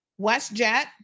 WestJet